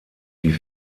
die